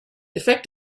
effect